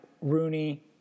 Rooney